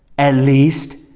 at least.